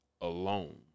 alone